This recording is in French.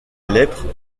lèpre